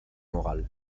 morales